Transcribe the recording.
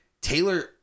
taylor